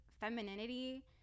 femininity